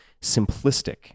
simplistic